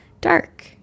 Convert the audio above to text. dark